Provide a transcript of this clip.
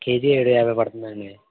KG ఏడు యాభై పడుతుందండి